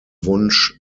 wunsch